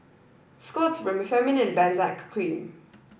Scott's Remifemin and Benzac cream